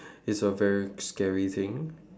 it's a very scary thing